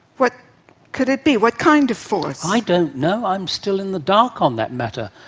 what could it be, what kind of force? i don't know, i'm still in the dark on that matter.